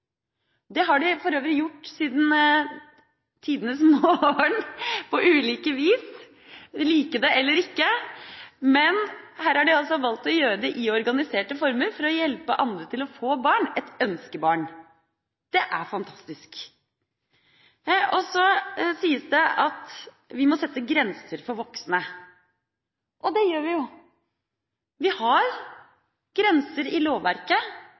Det har de for øvrig gjort siden tidenes morgen, på ulike vis – lik det eller ikke – men her har de altså valgt å gjøre det i organiserte former for å hjelpe andre til å få barn, et ønskebarn. Det er fantastisk. Så sies det at vi må sette grenser for voksne. Det gjør vi jo. Vi har grenser i lovverket